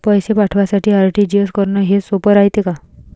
पैसे पाठवासाठी आर.टी.जी.एस करन हेच सोप रायते का?